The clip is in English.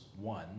one